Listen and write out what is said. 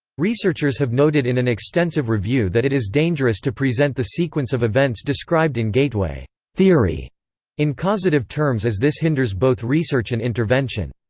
researchers have noted in an extensive review that it is dangerous to present the sequence of events described in gateway theory in causative terms as this hinders both research and intervention.